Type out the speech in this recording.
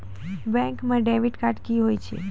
Bank म debit card की होय छै?